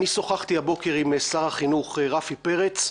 אני שוחחתי הבוקר עם שר החינוך רפי פרץ,